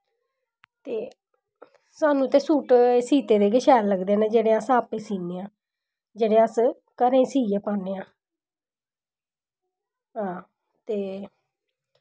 ते सानूं ते सूट सीते दे गै शैल लगदे न जेह्ड़े अस आपै सीन्ने आं जेह्ड़े अस घरें सीयै पान्ने आं हां ते